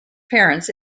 parents